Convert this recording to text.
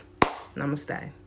Namaste